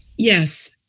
Yes